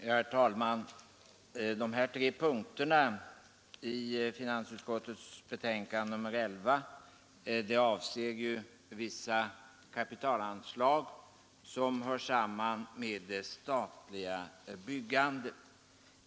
Herr talman! De tre punkter i finansutskottets betänkande nr 11 som vi nu diskuterar avser ju vissa kapitalanslag som hör samman med det statliga byggandet.